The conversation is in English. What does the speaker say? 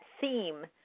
theme